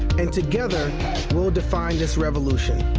and together we'll define this revolution